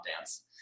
dance